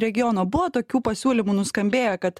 regiono buvo tokių pasiūlymų nuskambėję kad